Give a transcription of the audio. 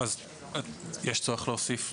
אוקיי, יש צורך להוסיף פה?